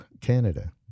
Canada